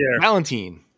Valentine